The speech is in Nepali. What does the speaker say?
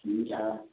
हुन्छ